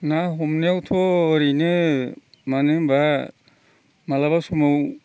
ना हमनायावथ' ओरैनो मानो होमब्ला माब्लाबा समावबो